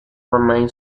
roman